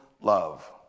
love